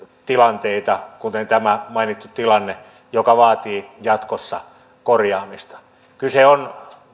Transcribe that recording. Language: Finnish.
tilanteita kuten tämä mainittu tilanne joka vaatii jatkossa korjaamista kyse on